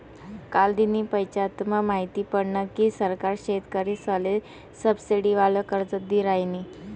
कालदिन पंचायतमा माहिती पडनं की सरकार शेतकरीसले सबसिडीवालं कर्ज दी रायनी